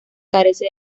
carece